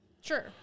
sure